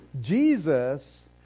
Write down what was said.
Jesus